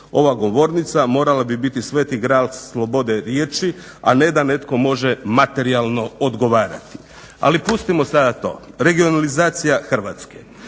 Ova govornica morala bi biti sveti gral slobode riječi, a ne da netko može materijalno odgovarati. Ali pustimo sada to. Regionalizacija Hrvatske.